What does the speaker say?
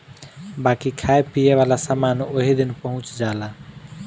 बाकी खाए पिए वाला समान ओही दिन पहुच जाला